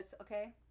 okay